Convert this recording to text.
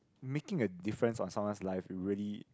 making a difference on someone's life you really